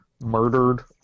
murdered